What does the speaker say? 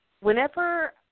Whenever